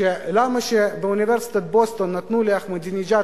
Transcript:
למה באוניברסיטת בוסטון נתנו לאחמדינג'אד